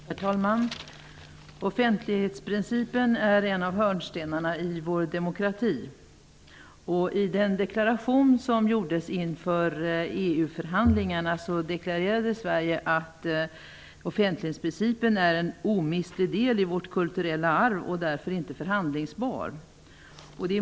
Herr talman! Offentlighetsprincipen är en av hörnstenarna i vår demokrati, och i den deklaration som gjordes inför EU-förhandlingarna deklarerade Sverige att offentlighetsprincipen är en omistlig del i vårt kulturella arv och därför inte är förhandlingsbar.